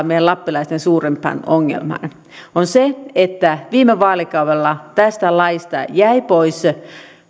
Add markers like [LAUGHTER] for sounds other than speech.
[UNINTELLIGIBLE] meidän lappilaisten suurimpaan ongelmaan metsätalouspuolella se on se että viime vaalikaudella tästä laista jäi pois